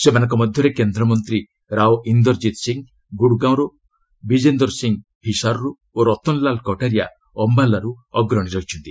ସେମାନଙ୍କ ମଧ୍ୟରେ କେନ୍ଦ୍ରମନ୍ତ୍ରୀ ରାଓ ଇନ୍ଦ୍ରକୀତ ସିଂହ ଗୁଡ଼ଗାଓଁରୁ ବ୍ରିଜେନ୍ଦର ସିଂହ ହିସାରରୁ ଓ ରତନଲାଲ୍ କଟାରିଆ ଅମ୍ଭାଲାରୁ ଅଗ୍ରଣୀ ରହିଛନ୍ତି